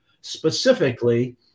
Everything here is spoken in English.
specifically